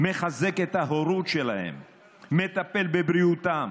מחזק את ההורות, מטפל בבריאותם,